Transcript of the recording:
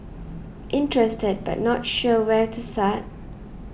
interested but not sure where to start